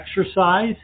exercise